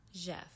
Jeff